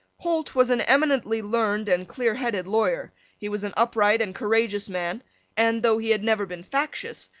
holt was an eminently learned and clear headed lawyer he was an upright and courageous man and, though he had never been factious,